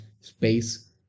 space